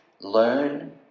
learn